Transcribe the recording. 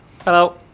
Hello